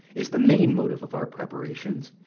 is the main motive of our preparations,